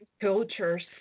cultures